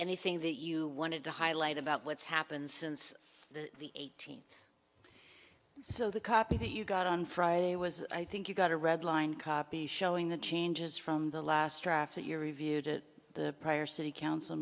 anything that you wanted to highlight about what's happened since the eighteenth so the copy that you got on friday was i think you've got a red line copy showing the changes from the last draft that you're reviewed at the prior city council